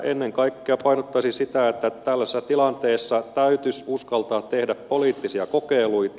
ennen kaikkea painottaisin sitä että tällaisessa tilanteessa täytyisi uskaltaa tehdä poliittisia kokeiluita